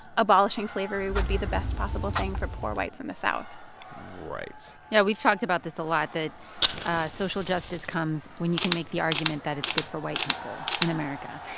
abolishing slavery would be the best possible thing for poor whites in the south right you know, we've talked about this a lot, that social justice comes when you can make the argument that it's good for white people in america